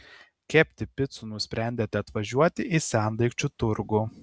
kepti picų nusprendėte atvažiuoti į sendaikčių turgų